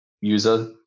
user